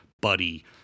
Buddy